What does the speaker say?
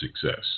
success